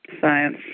science